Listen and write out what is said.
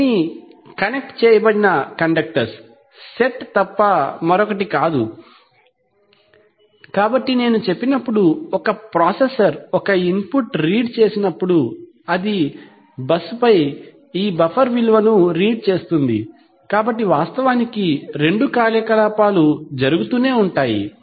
ఇవన్నీ కనెక్ట్ చేయబడిన కండక్టర్ల సెట్ తప్ప మరొకటి కాదు కాబట్టి నేను చెప్పినప్పుడు ఒక ప్రాసెసర్ ఒక ఇన్పుట్ రీడ్ చేసినప్పుడు అది బస్సుపై ఈ బఫర్ విలువలను రీడ్ చేస్తుంది కాబట్టి వాస్తవానికి రెండు కార్యకలాపాలు జరుగుతూనే ఉంటాయి